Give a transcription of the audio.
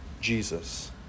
Jesus